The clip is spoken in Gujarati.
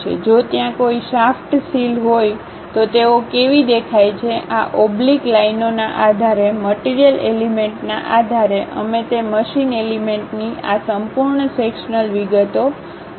જો ત્યાં કોઈ શાફ્ટ સીલ હોય તો તેઓ કેવી દેખાય છે આ ઓબ્લીક લાઇનોના આધારે મટીરીયલ એલિમેન્ટના આધારે અમે તે મશીન એલિમેન્ટની આ સંપૂર્ણ સેક્શન્લ વિગતો રજૂ કરીશું